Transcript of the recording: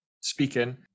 speaking